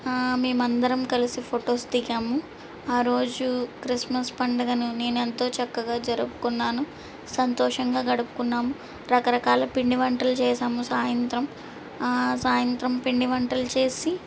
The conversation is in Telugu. మేమందరం కలిసి ఫొటోస్ దిగాము ఆరోజు క్రిస్మస్ పండుగను నేను ఎంతో చక్కగా జరుపుకున్నాను సంతోషంగా గడుపుకున్నాము రకరకాల పిండి వంటలు చేసాము సాయంత్రం ఆ సాయంత్రం పిండివంటలు చేసి